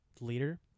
leader